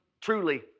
Truly